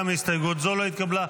גם הסתייגות זו לא התקבלה.